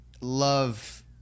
love